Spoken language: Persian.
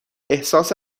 احساس